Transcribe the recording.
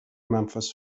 memphis